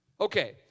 Okay